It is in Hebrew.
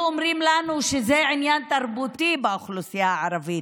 אומרים לנו שזה עניין תרבותי באוכלוסייה הערבית.